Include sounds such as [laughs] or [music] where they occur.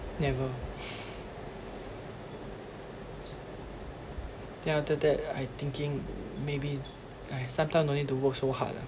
never [laughs] then after that I thinking maybe I sometime no need to work so hard lah